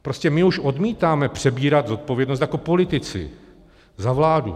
Prostě my už odmítáme přebírat zodpovědnost jako politici za vládu.